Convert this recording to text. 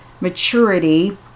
maturity